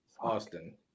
austin